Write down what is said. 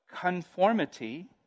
conformity